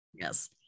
yes